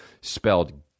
spelled